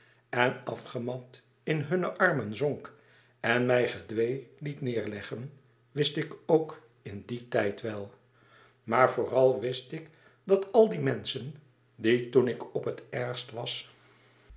en afgemat in hunne armen zonk en mij gedwee liet neerleggen wist ik ook in dien tijd wel maar vooral wist ik dat al die menschen die toen ik op het ergst was